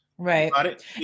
Right